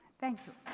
thank you.